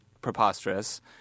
preposterous